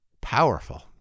powerful